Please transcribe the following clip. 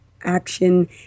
action